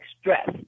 stress